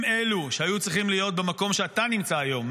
הם אלו שהיו צריכים להיות במקום שאתה נמצא היום,